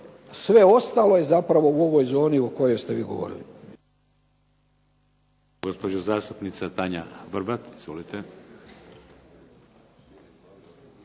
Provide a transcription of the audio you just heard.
Sve ostalo je zapravo u ovoj zoni o kojoj ste vi govorili.